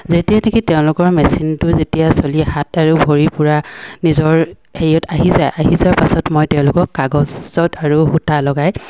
যেতিয়া নেকি তেওঁলোকৰ মেচিনটো যেতিয়া চলি হাত আৰু ভৰি পূৰা নিজৰ হেৰিয়ত আহি যায় আহি যোৱাৰ পাছত মই তেওঁলোকক কাগজত আৰু সূতা লগাই